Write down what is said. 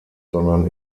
sondern